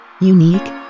Unique